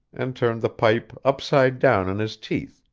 and turned the pipe upside down in his teeth,